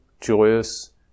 joyous